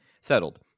settled